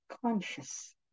conscious